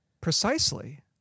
Precisely